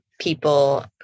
people